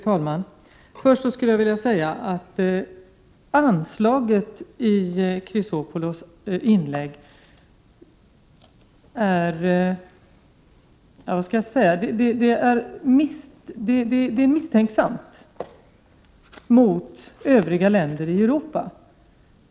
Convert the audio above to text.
Fru talman! Först skulle jag vilja säga att Alexander Chrisopoulos anslår en ton av misstänksamhet gentemot övriga länder i Europa.